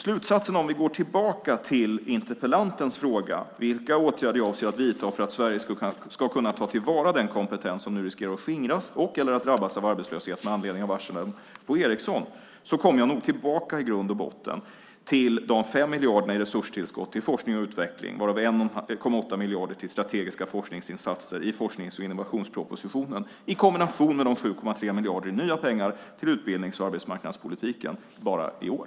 Slutsatsen är följande, om vi går tillbaka till interpellantens fråga om vilka åtgärder jag avser att vidta för att Sverige ska kunna ta till vara den kompetens som nu riskerar att skingras eller drabbas av arbetslöshet med anledning av varslen på Ericsson. Jag kommer nog i grund och botten tillbaka till de 5 miljarderna i resurstillskott till forskning och utveckling, varav 1,8 miljarder till strategiska forskningsinsatser i forsknings och innovationspropositionen, i kombination med de 7,3 miljarder i nya pengar till utbildnings och arbetsmarknadspolitiken bara i år.